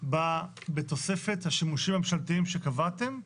בתוספת השימושים הממשלתיים שקבעתם --- איפה?